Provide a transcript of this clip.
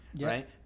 right